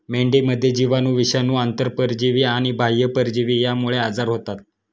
मेंढीमध्ये जीवाणू, विषाणू, आंतरपरजीवी आणि बाह्य परजीवी यांमुळे आजार होतात